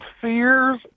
fears